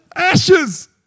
Ashes